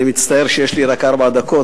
אני מצטער שיש לי רק ארבע דקות,